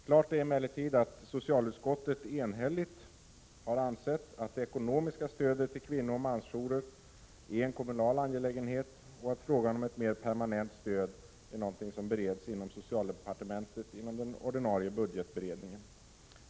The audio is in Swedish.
Klart är emellertid att socialutskottet enhälligt har ansett att det ekonomiska stödet till kvinnooch mansjourer är en kommunal angelägenhet och att frågan om ett mer permanent stöd bereds inom socialdepartementet vid den ordinarie budgetberedningen.